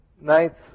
Nights